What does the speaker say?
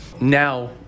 Now